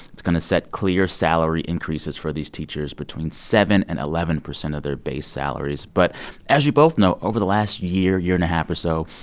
it's going to set clear salary increases for these teachers between seven and eleven percent of their base salaries. but as you both know, over the last year, year and a half or so,